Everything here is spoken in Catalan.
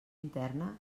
interna